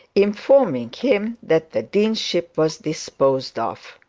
informing him that the deanship was disposed of.